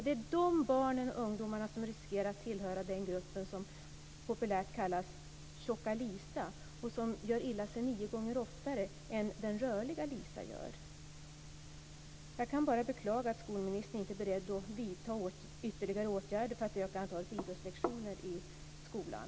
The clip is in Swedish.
Det är dessa barn och ungdomar som riskerar att tillhöra gruppen som populärt brukar kallas tjocka Lisa och som gör sig illa nio gånger oftare än den rörliga Lisa. Jag kan bara beklaga att skolministern inte är beredd att vida ytterligare åtgärder för att öka antalet idrottslektioner i skolan.